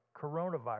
coronavirus